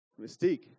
Mystique